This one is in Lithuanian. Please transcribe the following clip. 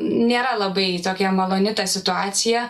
nėra labai tokia maloni ta situacija